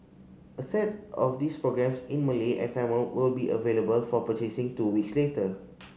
a set of these programmes in Malay and Tamil will be available for purchasing two weeks later